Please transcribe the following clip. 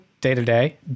day-to-day